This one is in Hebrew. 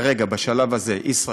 כרגע, בשלב הזה, "ישראכרט"